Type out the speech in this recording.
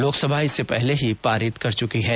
लोकसभा इसे पहले ही पारित कर चुकी है